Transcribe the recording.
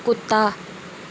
कुत्ता